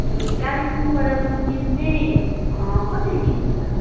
ए कालिम्पोङबाट दुर्पिन चाहिँ कति लिन्छ